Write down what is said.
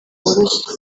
woroshye